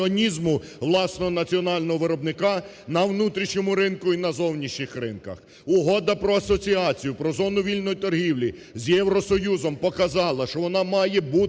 власного національного виробника на внутрішньому ринку і на зовнішніх ринках. Угода про асоціацію, про зону вільної торгівлі з Євросоюзом показала, що вона має бути